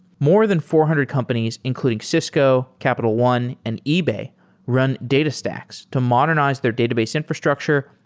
more than four hundred companies including cisco, capital one, and ebay run datastax to modernize their database infrastructure,